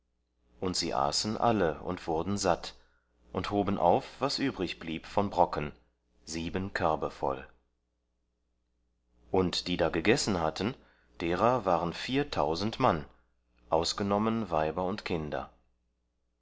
und sie aßen alle und wurden satt und hoben auf was übrig blieb von brocken sieben körbe voll und die da gegessen hatten derer waren viertausend mann ausgenommen weiber und kinder